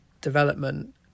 development